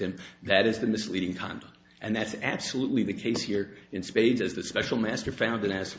him that is the misleading kind and that's absolutely the case here in spades as the special master founded as